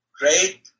great